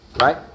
right